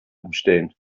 umstellen